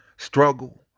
Struggle